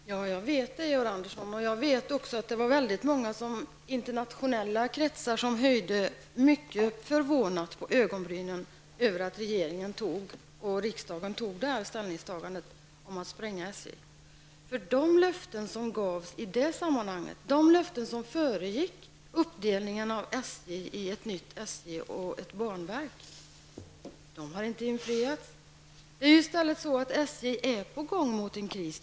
Herr talman! Jag vet det, Georg Andersson. Jag vet också att det var många i internationella kretsar som höjde mycket förvånat på ögonbrynen över att regeringen och riksdagen tog ställningstagandet om att spränga SJ. De löften som gavs i det sammanhanget, de löften som föregick uppdelningen av SJ i ett nytt SJ och ett banverk, de har inte infriats. I stället är SJ på väg mot en kris.